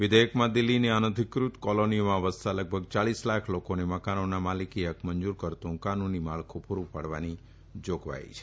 વિધેયકમાં દિલ્હીની અનધિકૃત કોલોનીઓમાં વસતાં લગભગ યાલીસ લાખ લોકોને મકાનોના માલિકી હકક મંજર કરતું કાનૂની માળખુ પુરુ પાડવાની જોગવાઇ છે